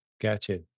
gotcha